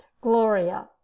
GLORIA